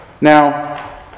now